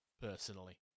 personally